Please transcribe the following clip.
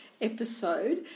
episode